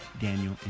Daniel